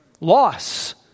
Loss